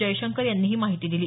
जयशंकर यांनी ही माहिती दिली